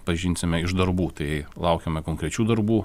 pažinsime iš darbų tai laukiame konkrečių darbų